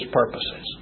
purposes